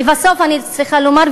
לבסוף אני צריכה לומר,